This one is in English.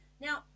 Now